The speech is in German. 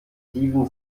steven